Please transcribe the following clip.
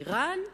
אירן,